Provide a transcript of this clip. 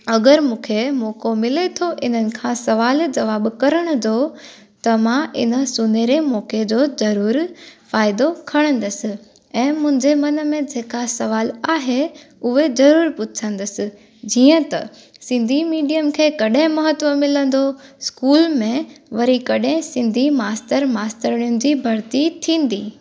अगरि मूंखे मौक़ो मिले थो इन्हनि खां सुवाल जवाब करण जो त मां इन सुनहरे मौक़े जो ज़रूरु फ़ाइदो खणंदसि ऐं मुंहिंजे मन में जेका सुवाल आहे उहे ज़रूरु पुछंदसि जीअं त सिंधी मीडियम खे कॾहिं महत्व मिलंदो स्कूल में वरी कॾहिं सिंधी मास्तर मास्तरनि जी भर्ती थींदी